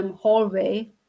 hallway